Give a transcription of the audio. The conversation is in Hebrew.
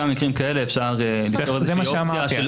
גם מקרים כאלה אפשר לפתור כאופציה של